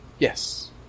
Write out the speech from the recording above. Yes